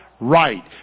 Right